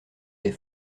des